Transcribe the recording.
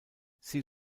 sie